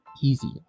easy